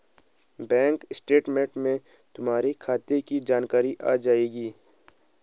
bank statement में तुम्हारे खाते की जानकारी आ जाएंगी